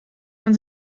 man